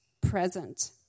present